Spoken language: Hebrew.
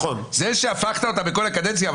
זה שהפכת אותם בכל הקדנציה,